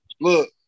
Look